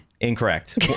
Incorrect